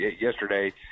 yesterday